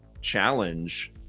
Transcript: challenge